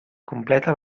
completa